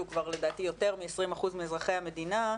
כבר לדעתי יותר מ-20% מאזרחי המדינה,